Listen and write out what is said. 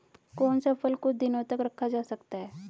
कौन सा फल कुछ दिनों तक रखा जा सकता है?